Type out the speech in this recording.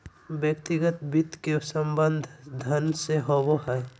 व्यक्तिगत वित्त के संबंध धन से होबो हइ